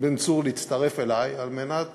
בן צור להצטרף אלי על מנת